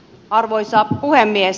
arvoisa puhemies